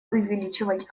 увеличивать